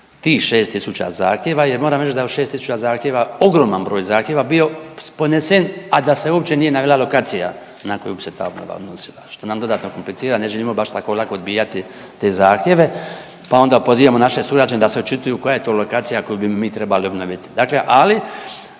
tih 6 tisuća zahtjeva jer moram reć da je u 6 tisuća zahtjeva ogroman broj zahtjeva bio podnesen, a da se uopće nije navela lokacija na koju se ta obnova odnosi, što nam dodatno komplicira, ne želimo baš tako lako odbijati te zahtjeve, pa onda pozivamo naše sugrađane da se očituju koja je to lokacija koju bi mi trebali obnoviti, dakle ali